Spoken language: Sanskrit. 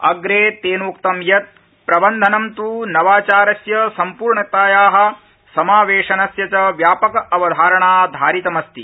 अप्रे तेनोक्तम यत प्रबन्धनम त् नवाचारस्य सम्पूर्णताया समावेशनस्य च व्यापक अवधारणा धारितमस्ति